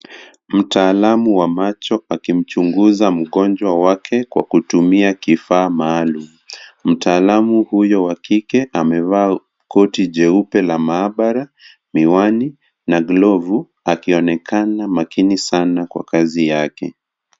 Mtaalamu wa macho akimchunguza mgonjwa wake kwa kutumia kifaa maalum. Mtaalamu huyo wa kike amevaa koti jeupe la maabara, miwani na glovu akionekana makini sana kwa kazi yake.